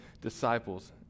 disciples